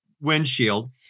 windshield